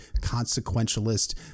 consequentialist